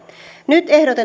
nyt ehdotetut